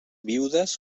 viudes